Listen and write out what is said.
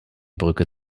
brücke